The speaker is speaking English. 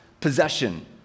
possession